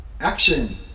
action